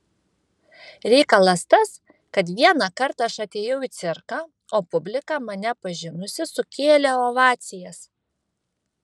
reikalas tas kad vienąkart aš atėjau į cirką o publika mane pažinusi sukėlė ovacijas